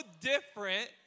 different